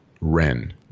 Ren